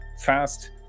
fast